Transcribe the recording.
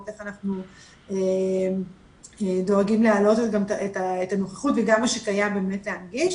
איך אנחנו דואגים להעלות גם את הנוכחות וגם מה שקיים להנגיש.